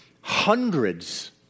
hundreds